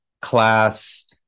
class